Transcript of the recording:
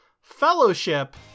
Fellowship